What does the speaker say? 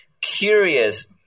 curious